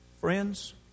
Friends